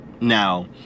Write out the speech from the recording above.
Now